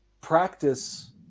practice